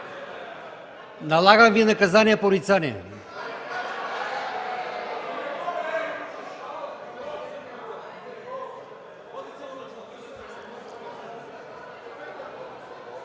Налагам Ви наказание порицание!